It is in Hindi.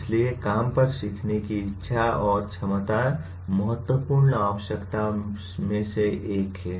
इसलिए काम पर सीखने की इच्छा और क्षमता महत्वपूर्ण आवश्यकताओं में से एक है